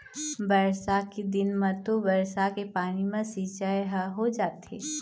बरसा के दिन म तो बरसा के पानी म सिंचई ह हो जाथे